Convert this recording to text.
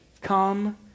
come